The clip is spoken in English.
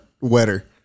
wetter